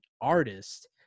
artist